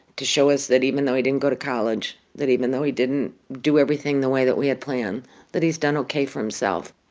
to show us that, even though he didn't go to college that even though he didn't do everything the way that we had planned that he's done ok for himself.